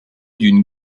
d’une